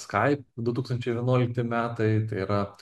skype du tūkstančiai vienuolikti metai tai yra